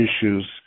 issues